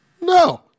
no